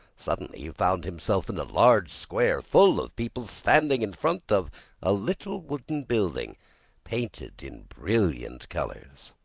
suddenly, he found himself in a large square, full of people standing in front of a little wooden building painted in brilliant colors.